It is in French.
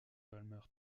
palmer